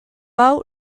hau